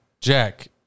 Jack